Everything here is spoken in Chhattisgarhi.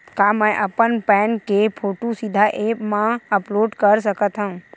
का मैं अपन पैन के फोटू सीधा ऐप मा अपलोड कर सकथव?